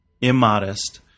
immodest